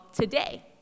today